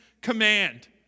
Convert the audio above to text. command